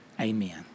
amen